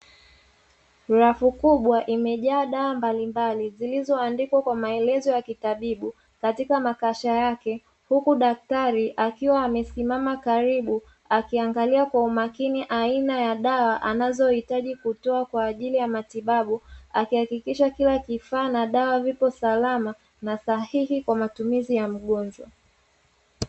Rafu kubwa imejaa dawa mbalimbali zilizoandikwa kwa maelezo ya kitabibu katika makasha yake, huku daktari akiwa amesimama karibu akiangalia kwa umakini aina ya dawa anazohitaji kutoa kwa ajili ya matibabu, akihakikisha kila kifaa na dawa viko salama na sahihi kwa matumizi ya mgonjwa.